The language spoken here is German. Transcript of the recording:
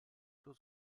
zur